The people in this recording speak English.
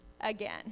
again